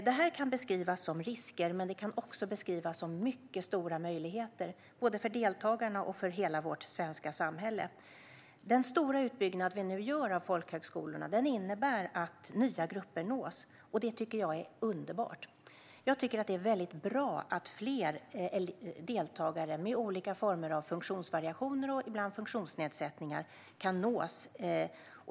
Detta kan beskrivas som risker, men det kan också beskrivas som mycket stora möjligheter, både för deltagarna och för hela vårt svenska samhälle. Den stora utbyggnad vi nu gör av folkhögskolorna innebär att nya grupper nås. Det tycker jag är underbart. Jag tycker att det är bra att fler deltagare med olika former av funktionsvariationer och ibland funktionsnedsättningar kan nås.